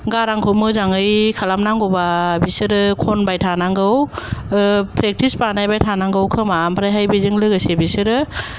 गारांखौ मोजाङै खालामनांगौब्ला बिसोरो खनबाय थानांगौ ओ प्रेक्टिस बानायबाय थानांगौ खोमा आमफ्रायहाय बेजों लोगोसे बिसोरो